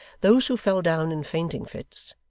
those who fell down in fainting-fits,